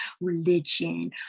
religion